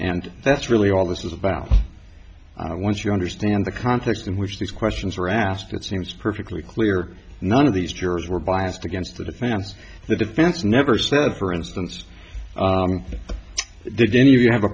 and that's really all this is about once you understand the context in which these questions were asked it seems perfectly clear none of these jurors were biased against the defense the defense never said for instance did any of you have a